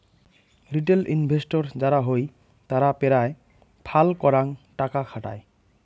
retail investor যারা হই তারা পেরায় ফাল করাং টাকা খাটায়